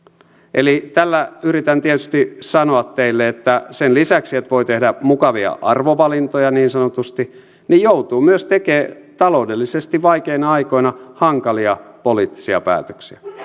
eli tällä yritän tietysti sanoa teille että sen lisäksi että voi tehdä mukavia arvovalintoja niin sanotusti joutuu myös tekemään taloudellisesti vaikeina aikoina hankalia poliittisia päätöksiä